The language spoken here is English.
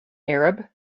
arab